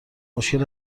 مشکل